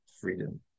freedom